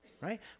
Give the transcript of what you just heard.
right